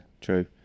true